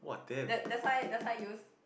that that's why that's why use